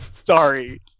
Sorry